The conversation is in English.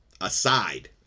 aside